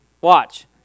Watch